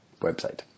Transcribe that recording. website